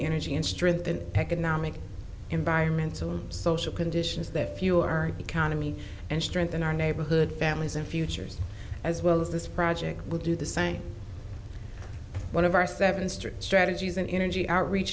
energy and strengthen economic environmental and social conditions that fuel our economy and strengthen our neighborhood families and futures as well as this project will do the same one of our seven strict strategies and energy outreach